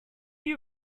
you